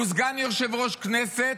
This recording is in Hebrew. הוא סגן יושב-ראש כנסת.